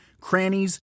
crannies